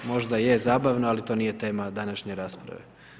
Možda je zabavno, ali to nije tema današnje rasprave.